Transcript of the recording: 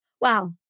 Wow